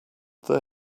there